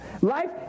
Life